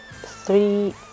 three